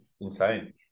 insane